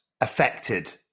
affected